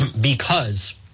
because-